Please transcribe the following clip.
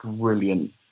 brilliant